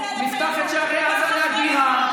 נפתח את שערי עזה להגירה,